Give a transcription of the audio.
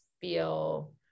feel